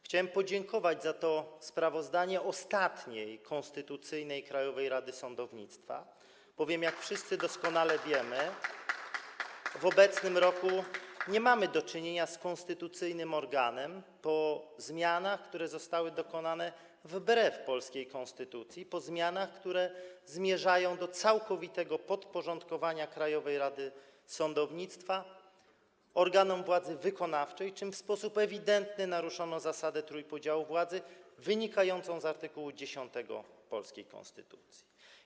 Chciałem podziękować za to sprawozdanie ostatniej konstytucyjnej Krajowej Rady Sądownictwa, albowiem jak wszyscy doskonale wiemy, w obecnym roku nie mamy do czynienia z konstytucyjnym organem, po zmianach, które zostały dokonane wbrew polskiej konstytucji, po zmianach, które zmierzają do całkowitego podporządkowania Krajowej Rady Sądownictwa organom władzy wykonawczej, czym w sposób ewidentny naruszono zasadę trójpodziału władzy wynikającą z art. 10 polskiej konstytucji.